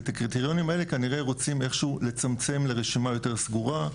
ואת הקריטריונים האלה כנראה רוצים לצמצם איך שהוא לרשימה סגורה יותר,